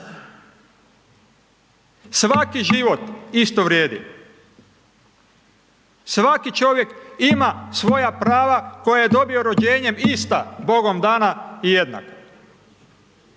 svaki život isto vrijedi, svaki čovjek ima svoja prava koja je dobio rođenjem ista Bogom dana i jednaka,